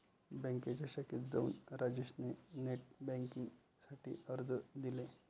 बँकेच्या शाखेत जाऊन राजेश ने नेट बेन्किंग साठी अर्ज दिले